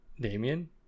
Damien